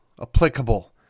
applicable